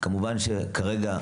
כמובן שכרגע,